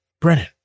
Brennan